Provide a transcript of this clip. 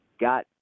got